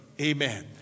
Amen